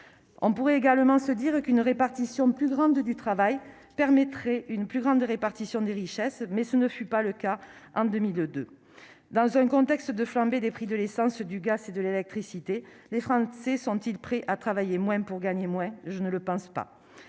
On pourrait également se dire qu'une meilleure répartition du travail permettrait une meilleure répartition des richesses, mais tel ne fut pas le cas en 2002. Dans un contexte de flambée des prix de l'essence, du gaz et de l'électricité, les Français sont-ils prêts à travailler moins pour gagner moins ? Je ne le pense pas.